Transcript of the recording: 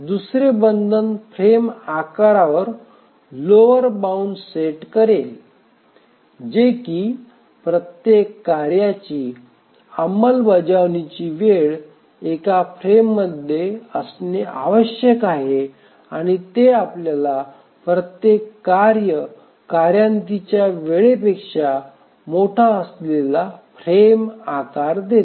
दुसरे बंधन फ्रेम आकारावर लोअर बाऊंड सेट करेल जे की प्रत्येक कार्याची अंमलबजावणीची वेळ एका फ्रेममध्ये असणे आवश्यक आहे आणि ते आपल्याला प्रत्येक कार्य कार्यान्तीच्या वेळेपेक्षा मोठा असलेला फ्रेम आकार देते